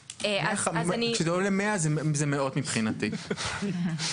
לגבי זה שהשר אמר בזמנו שהכספים יינתנו